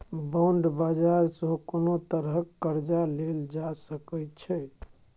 bond बाजार सँ कोनो तरहक कर्जा लेल जा सकै छै